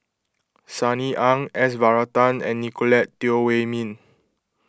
Sunny Ang S Varathan and Nicolette Teo Wei Min